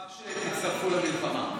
נשמח שתצטרפו למלחמה.